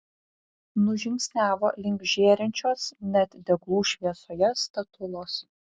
nužingsniavo link žėrinčios net deglų šviesoje statulos